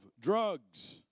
drugs